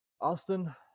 Austin